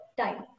time